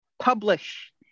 Publish